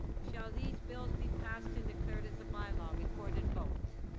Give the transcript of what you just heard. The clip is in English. shall these bills be passed and declared as a bylaw, recorded vote.